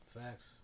Facts